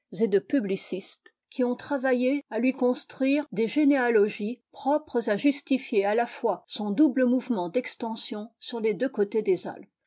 de publicistes qui ont travaillé à lui construire des généalogies propres à justifier à la fois son double mouvement d'extension sur les deux cotés des alpes